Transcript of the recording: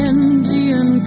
Indian